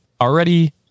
already